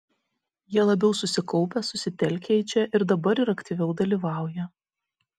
jie labiau susikaupę susitelkę į čia ir dabar ir aktyviau dalyvauja